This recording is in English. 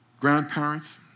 grandparents